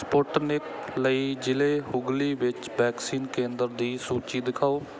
Sputnik ਲਈ ਜ਼ਿਲ੍ਹੇ ਹੂਗਲੀ ਵਿੱਚ ਵੈਕਸੀਨ ਕੇਂਦਰ ਦੀ ਸੂਚੀ ਦਿਖਾਓ